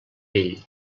vell